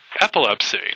Epilepsy